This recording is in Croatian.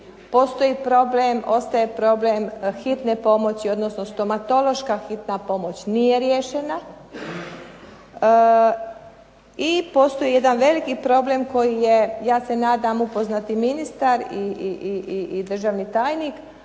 ostaje problem hitne pomoći, odnosno stomatološka hitna pomoć nije riješena. I postoji jedan veliki problem koji je ja se nadam upoznat i ministar i državni tajnik,